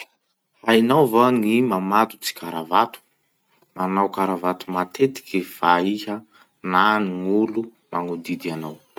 Hainao va gny mamatotsy karavato? Manao matetiky va iha na gn'olo magnodidy anao?